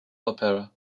opera